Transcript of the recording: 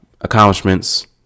accomplishments